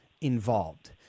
involved